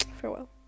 farewell